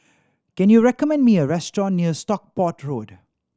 can you recommend me a restaurant near Stockport Road